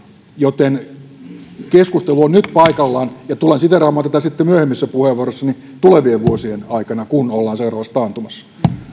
joten keskustelu on nyt paikallaan ja tulen siteeraamaan tätä sitten myöhemmissä puheenvuoroissani tulevien vuosien aikana kun olemme seuraavassa taantumassa